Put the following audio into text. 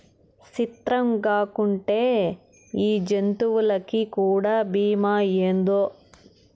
సిత్రంగాకుంటే ఈ జంతులకీ కూడా బీమా ఏందో